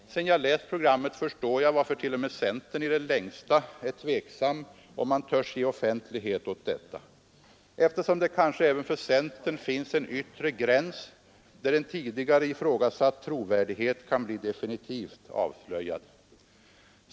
Sedan jag läst det förstår jag varför t.o.m. centern i det längsta är tveksam om huruvida man törs ge offentlighet åt detta, eftersom det kanske även för centern finns en yttersta gräns där en tidigare ifrågasatt trovärdighet kan bli definitivt avslöjad.